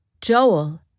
Joel